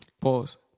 Pause